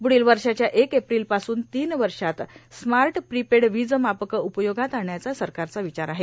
पूढोल वषाच्या एक एप्रिलपासून तीन वषात स्माट प्रीपेड वीजमापकं उपयोगात आणायचा सरकारचा ांवचार आहे